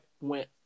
went